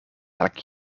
elke